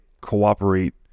cooperate